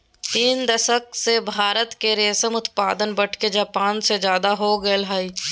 तीन दशक से भारत के रेशम उत्पादन बढ़के जापान से ज्यादा हो गेल हई